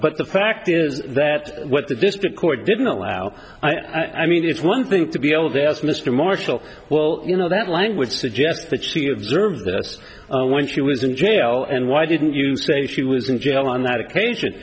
but the fact is that what the district court didn't allow i mean it's one thing to be able to ask mr marshall well you know that language suggests that she observed this when she was in jail and why didn't you say she was in jail on that occasion